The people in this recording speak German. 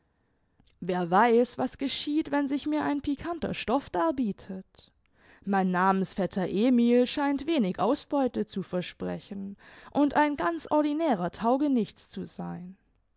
wer weiß was geschieht wenn sich mir ein pikanter stoff darbietet mein namensvetter emil scheint wenig ausbeute zu versprechen und ein ganz ordinärer taugenichts zu sein